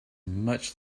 much